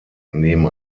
neben